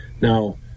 Now